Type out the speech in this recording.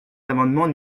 l’amendement